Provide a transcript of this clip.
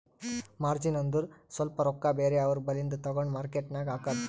margin ಅಂದುರ್ ಸ್ವಲ್ಪ ರೊಕ್ಕಾ ಬೇರೆ ಅವ್ರ ಬಲ್ಲಿಂದು ತಗೊಂಡ್ ಮಾರ್ಕೇಟ್ ನಾಗ್ ಹಾಕದ್